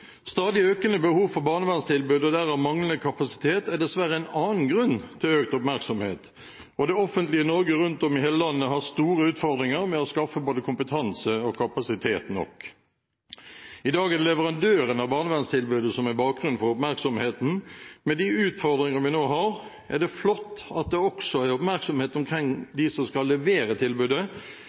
Stadig økende behov for barnevernstilbud, og derav manglende kapasitet, er dessverre en annen grunn til økt oppmerksomhet, og det offentlige Norge rundt om i hele landet har store utfordringer med å skaffe både kompetanse og kapasitet nok. I dag er det leverandørene av barnevernstilbudet som er bakgrunnen for oppmerksomheten. Med de utfordringer vi nå har, er det flott at det også er oppmerksomhet omkring dem som skal levere tilbudet,